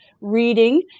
reading